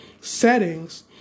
settings